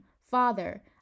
Father